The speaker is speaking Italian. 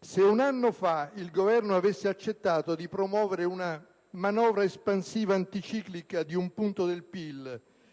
Se un anno fa il Governo avesse accettato di promuovere una manovra espansiva anticiclica di un punto di PIL